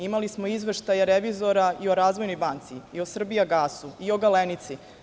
Imali smo izveštaj revizora i o "Razvojnoj banci", i o "Srbijagasu", i o "Galenici"